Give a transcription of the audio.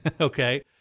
Okay